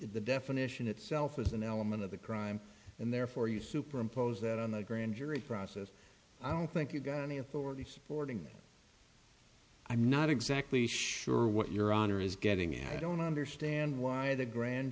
the definition itself as an element of the crime and therefore you superimpose that on the grand jury process i don't think you've got any authority supporting i'm not exactly sure what your honor is getting and i don't understand why the grand